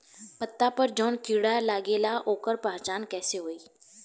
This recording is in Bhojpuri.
पत्ता पर जौन कीड़ा लागेला ओकर पहचान कैसे होई?